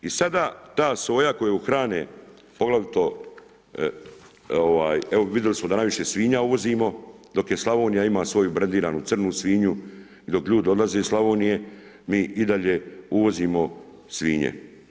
I sada ta soja koju hrane poglavito evo vidjeli smo da najviše svinja uvozimo dok Slavonija ima svoju brendiranu crnu svinju, dok ljudi odlaze iz Slavonije mi i dalje uvozimo svinje.